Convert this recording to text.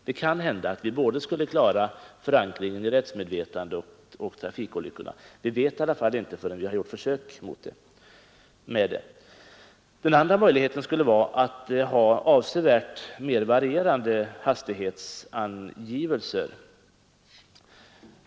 Det kan hända att vi både skulle klara förankringen i rättsmedvetande och trafikolyckorna. Vi vet i alla fall inte förrän vi gjort försök. Den andra möjligheten skulle vara att ha avsevärt mer varierade hastighetsangivelser.